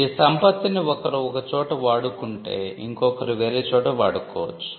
ఈ సంపత్తిని ఒకరు ఒక చోట వాడుకుంటే ఇంకొకరు వేరే చోట వాడుకోవచ్చు